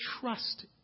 trust